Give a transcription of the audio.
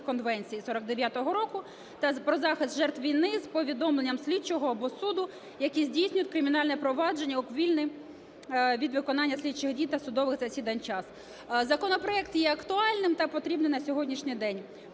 конвенцій 49-го року та про захист жертв війни з повідомленням слідчого або суду, які здійснюють кримінальне провадження, у вільний від виконання слідчих дій та судових засідань час. Законопроект є актуальним та потрібним на сьогоднішній день.